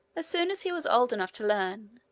as soon as he was old enough to learn,